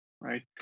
right